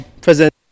present